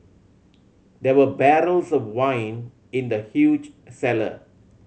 there were barrels of wine in the huge cellar